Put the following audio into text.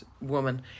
woman